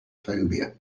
phobia